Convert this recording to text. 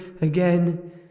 again